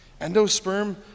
Endosperm